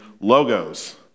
logos